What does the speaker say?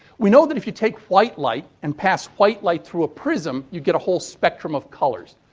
we know that if you take white light and pass white light through a prism you get a whole spectrum of colors.